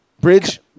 bridge